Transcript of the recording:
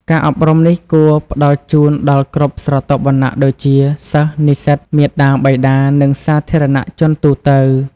ការអប់រំនេះគួរផ្តល់ជូនដល់គ្រប់ស្រទាប់វណ្ណៈដូចជា សិស្ស និស្សិត មាតាបិតា និងសាធារណជនទូទៅ។